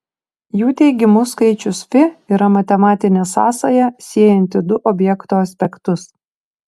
jų teigimu skaičius fi yra matematinė sąsaja siejanti du objekto aspektus